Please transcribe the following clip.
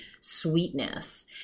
sweetness